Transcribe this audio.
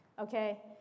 okay